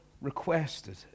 requested